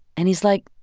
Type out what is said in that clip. and he's like,